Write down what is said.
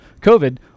COVID